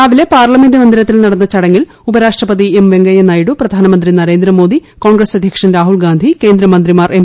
രാവിലെ പാർലമെന്റ് മന്ദിരത്തിൽ നടന്ന ചടങ്ങിൽ ഉപരാഷ്ട്രപതി വെങ്കയ്യ നായിഡു പ്രധാനമന്ത്രി നരേന്ദ്ര മോദി കോൺഗ്രസ് അധ്യക്ഷൻ രാഹുൽ ഗാന്ധി കേന്ദ്ര മന്ത്രിമാർ എം